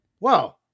Wow